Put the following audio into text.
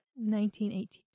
1982